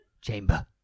chamber